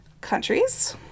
countries